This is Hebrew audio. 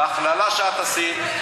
בהכללה שאת עשית,